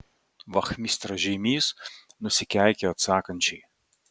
vachmistra žeimys nusikeikė atsakančiai